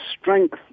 strength